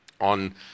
on